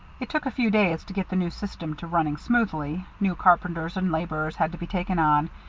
it took a few days to get the new system to running smoothly new carpenters and laborers had to be taken on,